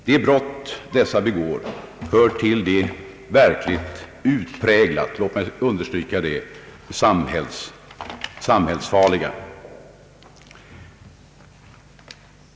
De brott de begår hör till de verkligt utpräglat — låt mig understryka det — samhällsfarliga.